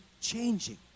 changing